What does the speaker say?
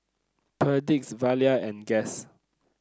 Perdix Zalia and Guess